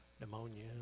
pneumonia